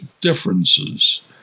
differences